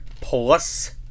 plus